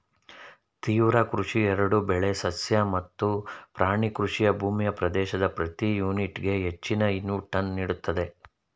ತೀವ್ರ ಕೃಷಿ ಎರಡೂ ಬೆಳೆ ಸಸ್ಯ ಮತ್ತು ಪ್ರಾಣಿ ಕೃಷಿ ಭೂಮಿಯ ಪ್ರದೇಶದ ಪ್ರತಿ ಯೂನಿಟ್ಗೆ ಹೆಚ್ಚಿನ ಇನ್ಪುಟನ್ನು ನೀಡ್ತದೆ